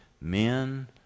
Men